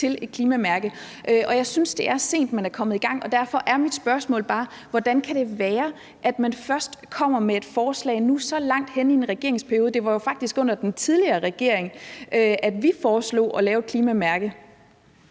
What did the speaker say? til et klimamærke, og jeg synes, det er sent, man er kommet i gang. Derfor er mit spørgsmål bare: Hvordan kan det være, at man først kommer med et forslag nu så langt henne i en regeringsperiode? Det var jo faktisk under den tidligere regering, at vi foreslog at lave et klimamærke.